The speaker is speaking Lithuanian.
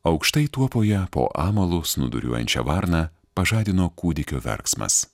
aukštai tuopoje po amalu snūduriuojančią varną pažadino kūdikio verksmas